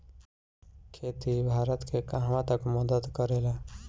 खेती भारत के कहवा तक मदत करे ला?